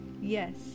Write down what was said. yes